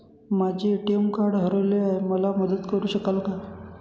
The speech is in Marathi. माझे ए.टी.एम कार्ड हरवले आहे, मला मदत करु शकाल का?